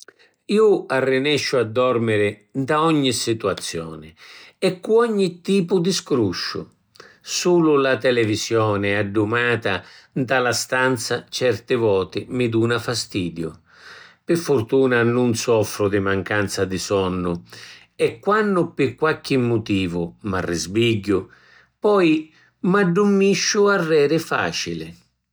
Ju arrinesciu a dormiri nta ogni situazioni e cu ogni tipu di scrusciu. Sulu la televisioni addumata nta la stanza certi voti mi duna fastidiu. Pi furtuna nun soffru di mancanza di sonnu e, quannu pi qualchi mutivu m’arrisbigghiu, poi m’addummisciu arreri facili.